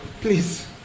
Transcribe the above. Please